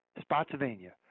Spotsylvania